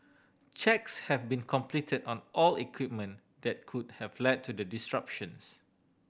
checks have been completed on all equipment that could have led to the disruptions